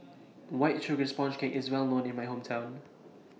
White Sugar Sponge Cake IS Well known in My Hometown